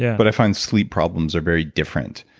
yeah but i find sleep problems are very different.